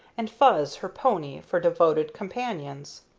and fuzz, her pony, for devoted companions.